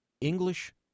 English